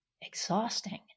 exhausting